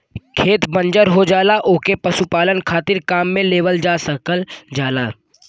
खेत बंजर हो जाला ओके पशुपालन खातिर काम में लेवल जा सकल जाला